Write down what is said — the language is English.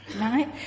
Right